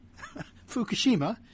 Fukushima